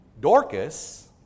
Dorcas